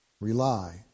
Rely